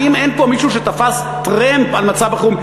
האם אין פה מישהו שתפס טרמפ על מצב החירום?